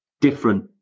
different